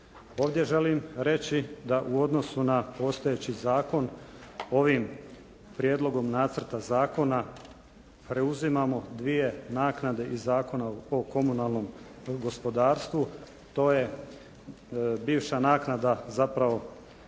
Ovdje želim reći da u odnosu na postojeći zakon ovim prijedlogom nacrta zakona preuzimamo dvije naknade iz Zakona o komunalnom gospodarstvu. To je bivša naknada zapravo